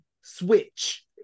switch